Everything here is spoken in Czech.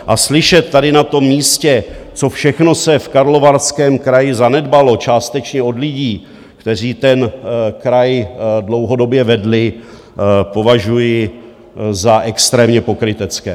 A slyšet tady na tom místě, co všechno se v Karlovarském kraji zanedbalo, částečně od lidí, kteří ten kraj dlouhodobě vedli, považuji za extrémně pokrytecké.